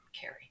Carrie